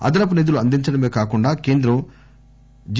అదనపు నిధులు అందించడమే కాకుండా కేంద్రం జి